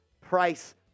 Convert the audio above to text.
price